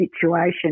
situation